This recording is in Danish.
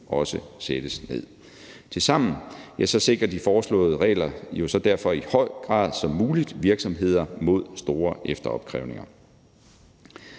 også sættes ned. Tilsammen sikrer de foreslåede regler jo så derfor i så høj grad som muligt virksomheder mod store efteropkrævninger.